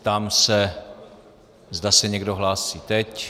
Ptám se, zda se někdo hlásí teď.